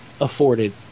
afforded